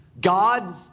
god